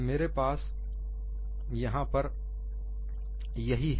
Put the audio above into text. मेरे पास यहां पर यही है